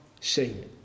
seen